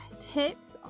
tips